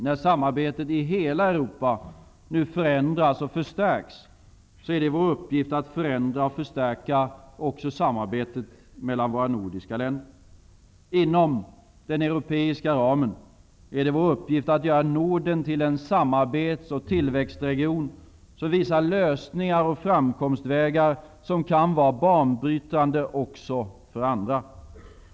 När samarbetet i hela Europa nu förändras och förstärks är det vår uppgift att förändra och förstärka också samarbetet mellan våra nordiska länder. Inom den europeiska ramen är det vår uppgift att göra Norden till en samarbets och tillväxtregion, som visar lösningar och framkomstvägar som kan vara banbrytande också för andra.